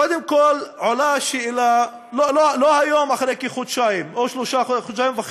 קודם כול עולה השאלה לא היום אחרי כחודשיים וחצי,